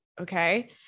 Okay